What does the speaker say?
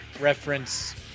reference